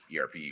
ERP